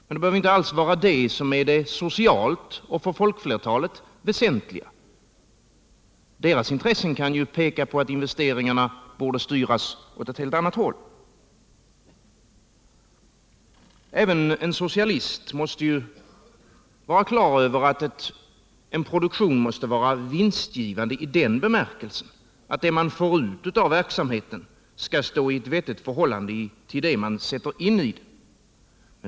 Men detta behöver ju inte alls vara det socialt och för folkflertalet väsentliga. Folkflertalets intressen kan ju peka på att investeringarna borde styras åt ett helt annat håll. Även en socialist måste vara klar över att en produktion behöver vara vinstgivande i den bemärkelsen att det man får ut av verksamheten skall stå i ett vettigt förhållande till det man sätter in i den.